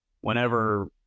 whenever